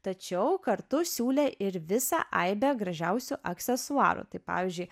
tačiau kartu siūlė ir visą aibę gražiausių aksesuarų tai pavyzdžiui